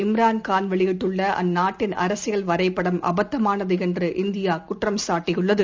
இம்ரான் கான் வெளியிட்டுள்ளஅந்நாட்டின் அரசியல் வரைபடம் அபத்தமானதுஎன்று இந்தியாகுற்றம் சாட்டியுள்ளது